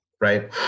right